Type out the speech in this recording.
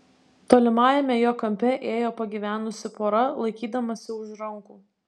tolimajame jo kampe ėjo pagyvenusi pora laikydamasi už rankų